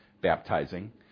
baptizing